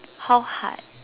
how hard